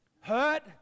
hurt